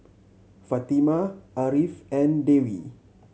Fatimah Ariff and Dewi